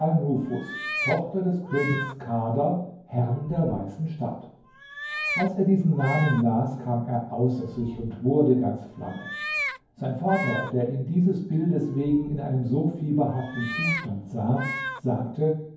tochter des königs kader herrn der weißen stadt als er diesen namen las kam er außer sich und wurde ganz flamme sein vater der ihn dieses bildes wegen in einem so fieberhaften zustand sah sagte